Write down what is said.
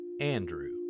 Andrew